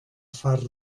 far